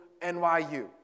NYU